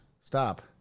Stop